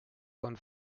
von